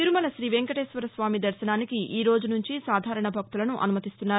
తిరుమల తీవెంకటేశ్వరస్వామి దర్భనానికి ఈరోజు సుంచి సాధారణ భక్తులను అనుమతిస్తున్నారు